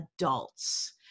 adults